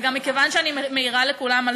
וגם מכיוון שאני מעירה לכולם על